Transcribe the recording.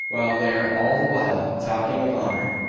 while they are all the while talking of honour.